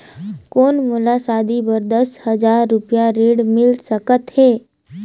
कौन मोला शादी बर दस हजार रुपिया ऋण मिल सकत है?